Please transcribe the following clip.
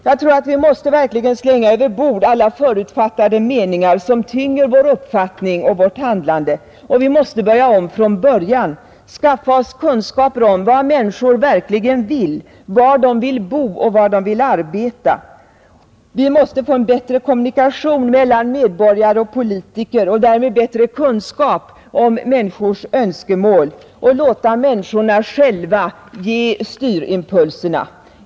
Jag tror att vi verkligen måste slänga över bord alla förutfattade meningar som tynger vår uppfattning och vårt handlande och att vi måste börja om från början, skaffa oss kunskaper om vad människor verkligen vill, var de vill bo och var de vill arbeta. Vi måste få en bättre kommunikation mellan medborgare och politiker och därmed bättre kunskaper om människors önskemål och låta människorna själva ge styrimpulserna.